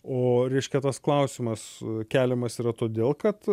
o reiškia tas klausimas keliamas yra todėl kad